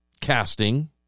casting